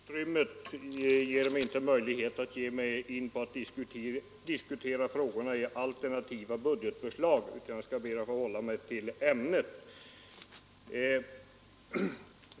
Herr talman! Tiden tillåter inte att jag ger mig in på en diskussion om några alternativa budgetförslag. Jag skall be att få hålla mig till ämnet.